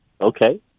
Okay